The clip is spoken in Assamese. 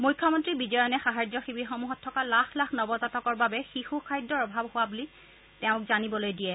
মুখ্যমন্ত্ৰী বিজয়নে সাহায্য শিবিৰসমূহত থকা লাখ লাখ নৱজাতকৰ বাবে শিশু খাদ্যৰ অভাৱ হোৱা বুলি তেওঁ জানিবলৈ দিয়ে